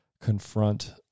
confront